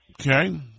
Okay